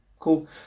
cool